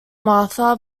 martha